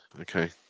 Okay